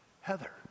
Heather